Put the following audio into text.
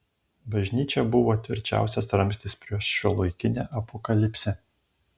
bažnyčia buvo tvirčiausias ramstis prieš šiuolaikinę apokalipsę